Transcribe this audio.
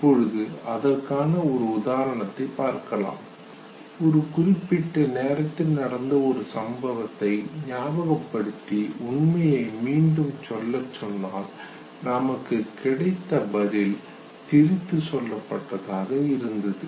இப்பொழுது அதற்கான ஒரு உதாரணத்தைப் பார்க்கலாம் ஒரு குறிப்பிட்ட நேரத்தில் நடந்த ஒரு சம்பவத்தை ஞாபகப்படுத்தி உண்மையை மீண்டும் சொல்லச் சொன்னால் நமக்கு கிடைத்த பதில் திரித்துக் சொல்லப் பட்டதாக இருந்தது